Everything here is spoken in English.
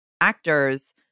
actors